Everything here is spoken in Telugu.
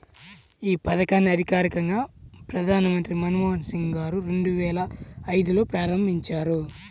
యీ పథకాన్ని అధికారికంగా ప్రధానమంత్రి మన్మోహన్ సింగ్ గారు రెండువేల ఐదులో ప్రారంభించారు